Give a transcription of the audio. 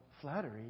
flattery